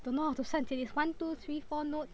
don't know how to 算钱 is one two three four notes